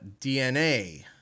DNA